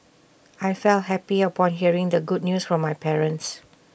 I felt happy upon hearing the good news from my parents